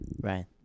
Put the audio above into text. Right